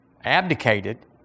abdicated